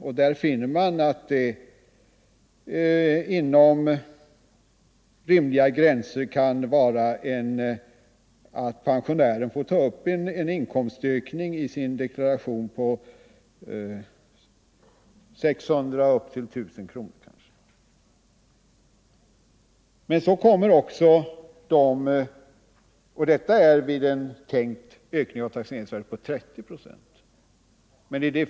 Man finner där att pensionärerna — inom rimliga gränser för taxeringsvärdena — i sina deklarationer kan bli tvungna ta upp en inkomstökning på mellan 600 och 1 000 kronor. Detta vid en tänkt ökning av taxeringsvärdet på 30 procent.